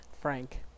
Frank